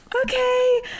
okay